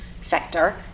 sector